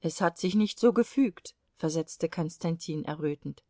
es hat sich nicht so gefügt versetzte konstantin errötend